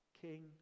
King